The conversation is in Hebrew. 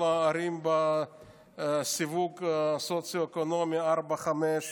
הערים בסיווג סוציו-אקונומי ארבע-חמש,